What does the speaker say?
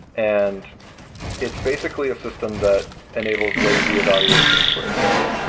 and it's basically a system that enables lazy evaluation and query planning.